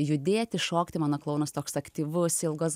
judėti šokti mano klounas toks aktyvus ilgos